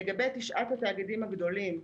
לגבי תשעת התאגידים הגדולים,